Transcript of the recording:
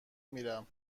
میرم